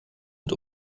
mit